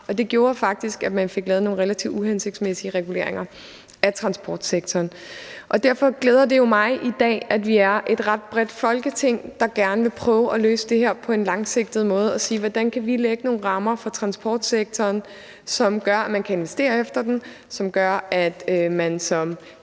det gjorde, at man fik lavet nogle relativt uhensigtsmæssige reguleringer af transportsektoren. Derfor glæder det mig i dag, at vi ret bredt i Folketinget gerne vil prøve at løse det her på en langsigtet måde og sige: Hvordan kan vi lægge nogle rammer for transportsektoren, som gør, at man kan investere efter den, som gør, at man som